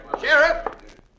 Sheriff